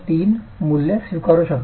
3 मूल्य स्वीकारू शकता